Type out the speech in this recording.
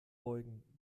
beugen